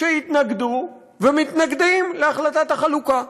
שהתנגדו ומתנגדים להחלטת החלוקה.